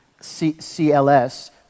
CLS